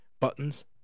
Buttons